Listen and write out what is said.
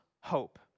hope